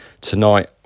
tonight